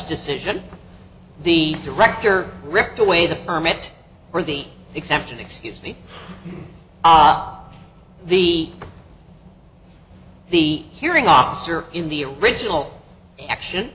decision the director ripped away the permit for the exemption excuse me the the hearing officer in the original action